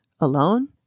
alone